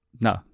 No